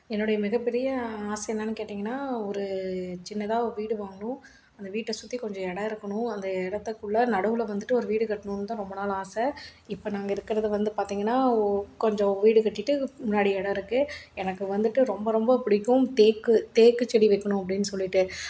என்னுடைய மிக பெரிய ஆசை என்னன்னு கேட்டிங்கன்னால் ஒரு சின்னதாக ஒரு வீடு வாங்கணும் அந்த வீட்டை சுற்றி கொஞ்சம் இடம் இருக்கணும் அந்த இடத்துக்குள்ள நடுவில் வந்துட்டு ஒரு வீடு கட்டணுன் தான் ரொம்ப நாள் ஆசை இப்போ நாங்கள் இருக்கிறது வந்து பார்த்திங்கன்னா ஓ கொஞ்சம் வீடு கட்டிட்டு முன்னாடி இடம் இருக்குது எனக்கு வந்துட்டு ரொம்ப ரொம்ப பிடிக்கும் தேக்கு தேக்கு செடி வைக்கணும் அப்படின்னு சொல்லிட்டு